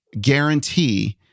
guarantee